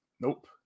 Nope